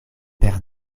per